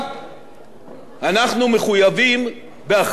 אנחנו מחויבים באחריות ורצינות.